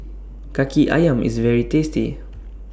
Kaki Ayam IS very tasty